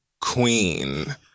Queen